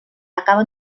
acaba